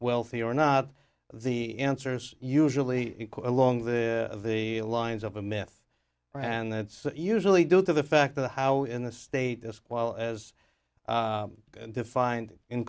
wealthy or not the answer is usually along the the lines of a myth and that's usually due to the fact the how in the state as well as defined in